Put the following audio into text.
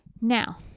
Now